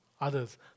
others